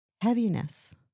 heaviness